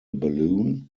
balloon